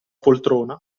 poltrona